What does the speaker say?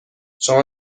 شما